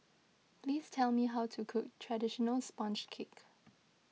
please tell me how to cook Traditional Sponge Cake